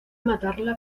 matarla